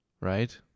right